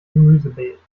gemüsebeet